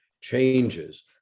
changes